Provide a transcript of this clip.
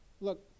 Look